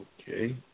Okay